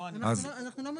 אנחנו לא מוסיפים,